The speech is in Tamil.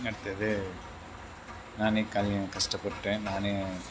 அடுத்தது நானே கஷ்டப்பட்டுவிட்டேன் நானே